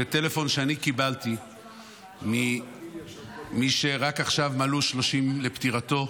בטלפון שאני קיבלתי ממי שרק עכשיו מלאו 30 לפטירתו,